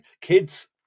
kids